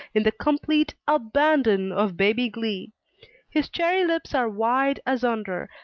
in the complete abandon of baby glee his cherry lips are wide asunder,